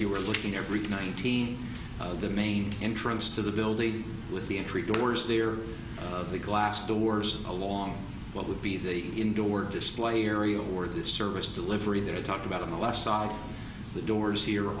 you were looking every nineteen the main entrance to the building with the entry doors there of the glass doors along what would be the indoor display area where the service delivery that i talked about on the left side of the doors here